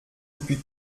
depuis